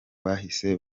bahise